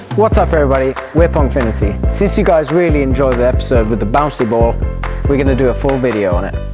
what's up everybody! we are pongfinity since you guys really enjoyed the episode with the bouncy ball we are going to do a full video on it